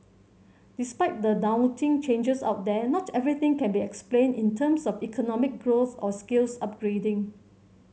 despite the daunting changes out there not everything can be explained in terms of economic growth or skills upgrading